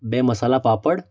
બે મસાલા પાપડ